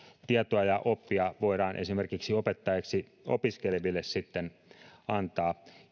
tietoa ja oppia voidaan esimerkiksi opettajiksi opiskeleville sitten antaa